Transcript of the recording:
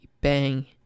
Bang